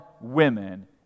women